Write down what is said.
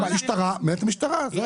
המשטרה מנהלת את המשטרה, זה הכל.